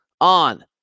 on